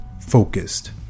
focused